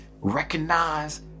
recognize